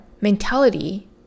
mentality